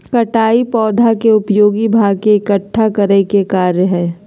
कटाई पौधा के उपयोगी भाग के इकट्ठा करय के कार्य हइ